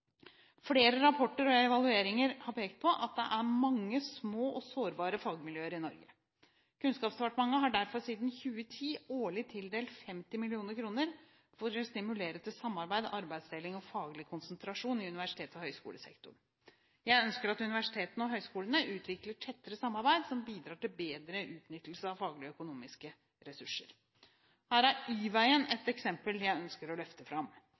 Flere rapporter og evalueringer har pekt på at det er mange små og sårbare fagmiljøer i Norge. Kunnskapsdepartementet har derfor siden 2010 årlig tildelt 50 mill. kr for å stimulere til samarbeid, arbeidsdeling og faglig konsentrasjon i universitets- og høyskolesektoren. Jeg ønsker at universitetene og høyskolene utvikler tettere samarbeid som bidrar til bedre utnyttelse av faglige og økonomiske ressurser. Her er Y-veien et eksempel jeg ønsker å løfte fram.